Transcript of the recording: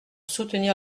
soutenir